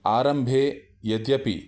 आरम्भे यद्यपि